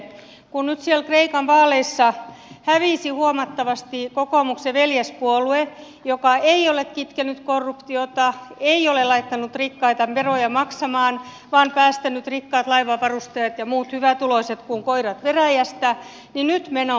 kun nyt siellä kreikan vaaleissa hävisi huomattavasti kokoomuksen veljespuolue joka ei ole kitkenyt korruptiota ei ole laittanut rikkaita veroja maksamaan vaan päästänyt rikkaat laivanvarustajat ja muut hyvätuloiset kuin koirat veräjästä niin nyt meno muuttuu